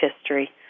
history